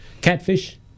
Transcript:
Catfish